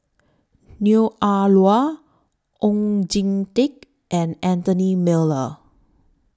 Neo Ah Luan Oon Jin Teik and Anthony Miller